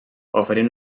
oferint